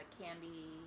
candy